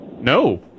No